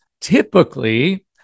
typically